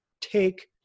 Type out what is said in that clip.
Take